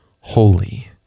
holy